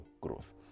growth